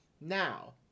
Now